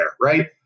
right